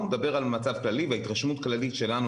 הוא מדבר על מצב כללי והתרשמות כללית שלנו